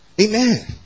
amen